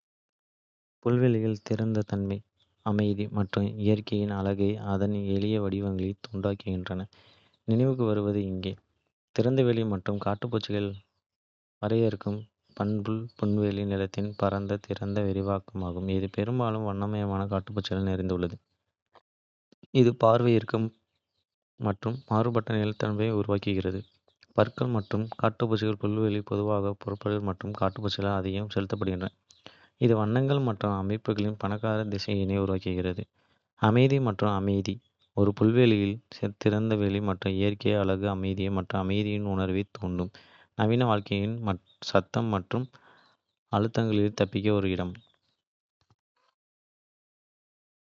புல்வெளிகள் திறந்த தன்மை, அமைதி மற்றும் இயற்கையின் அழகை அதன் எளிய வடிவங்களில் தூண்டுகின்றன. நினைவுக்கு வருவது இங்கே. திறந்தவெளி மற்றும் காட்டுப்பூக்கள் வரையறுக்கும் பண்பு புல்வெளி நிலத்தின் பரந்த, திறந்த விரிவாக்கமாகும், இது பெரும்பாலும் வண்ணமயமான காட்டுப்பூக்களால் நிறைந்துள்ளது. இது பார்வைக்கு. ஈர்க்கும் மற்றும் மாறுபட்ட நிலப்பரப்பை உருவாக்குகிறது. புற்கள் மற்றும் காட்டுப்பூக்கள் புல்வெளிகள் பொதுவாக புற்கள் மற்றும் காட்டுப்பூக்களால் ஆதிக்கம் செலுத்துகின்றன, இது வண்ணங்கள் மற்றும் அமைப்புகளின் பணக்கார திரைச்சீலையை உருவாக்குகிறது. அமைதி மற்றும் அமைதி: ஒரு புல்வெளியின் திறந்தவெளி மற்றும் இயற்கை அழகு அமைதி மற்றும் அமைதியின் உணர்வைத் தூண்டும், நவீன வாழ்க்கையின் சத்தம் மற்றும் அழுத்தங்களிலிருந்து தப்பிக்க ஒரு இடம்.